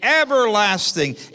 everlasting